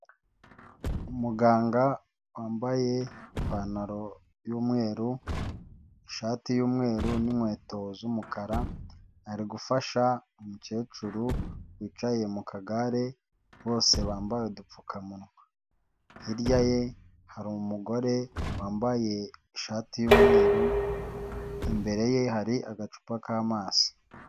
Umuganga wambaye ipantaro y'umweru, ishati y'umweru n'inkweto z'umukara ari gufasha umukecuru wicaye mu kagare bose bambaye udupfukamunwa, hirya ye hari umugore wambaye ishati y'umweru, imbere ye hari agacupa k'amazi.